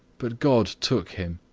but god took him.